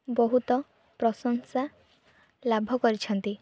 ବହୁତ ପ୍ରଶଂସା ଲାଭ କରିଛନ୍ତି